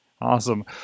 Awesome